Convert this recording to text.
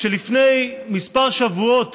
כשלפני כמה שבועות